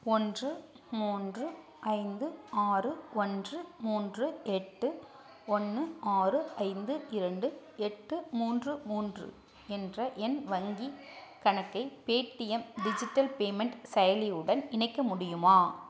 ஒன்று மூன்று ஐந்து ஆறு ஒன்று மூன்று எட்டு ஒன்று ஆறு ஐந்து இரண்டு எட்டு மூன்று மூன்று என்ற என் வங்கிக் கணக்கை பேடீஎம் டிஜிட்டல் பேமெண்ட் செயலியுடன் இணைக்க முடியுமா